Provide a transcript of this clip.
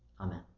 Amen